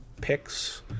picks